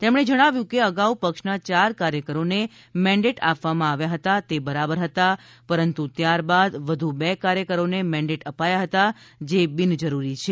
તેમણે જણાવ્યું હતું કે અગાઉ પક્ષના ચાર કાર્યકરોને મેન્ડેટ આપવામાં આવ્યા હતા તે બરાબર હતા પરંતુ ત્યાર બાદ વધુ બે કાર્યકરોને મેન્ડેટ અપાયા હતા જે બિનજરૂરી છે